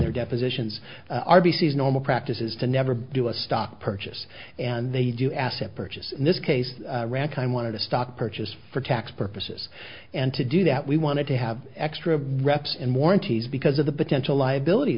their depositions r b c is normal practice is to never be a stock purchase and they do asset purchase in this case rankine wanted to stock purchase for tax purposes and to do that we wanted to have extra reps and more entities because of the potential liability